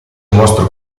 mostro